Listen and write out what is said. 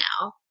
now